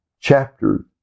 chapter